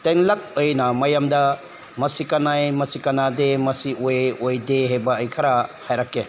ꯇꯦꯟꯂꯞ ꯑꯣꯏꯅ ꯃꯌꯥꯝꯗ ꯃꯁꯤ ꯀꯥꯟꯅꯩ ꯃꯁꯤ ꯀꯥꯟꯅꯗꯦ ꯃꯁꯤ ꯑꯣꯏ ꯑꯣꯏꯗꯦ ꯍꯥꯏꯕ ꯑꯩ ꯈꯔ ꯍꯥꯏꯔꯛꯀꯦ